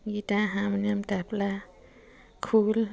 guitar harmonium tabla খোল